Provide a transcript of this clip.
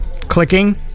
clicking